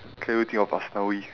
can only think of aslawi